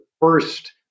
first